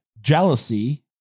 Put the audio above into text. jealousy